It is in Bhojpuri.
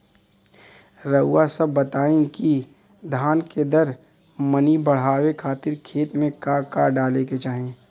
रउआ सभ बताई कि धान के दर मनी बड़ावे खातिर खेत में का का डाले के चाही?